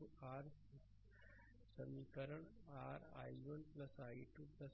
तो r समीकरण r i1 i 2 1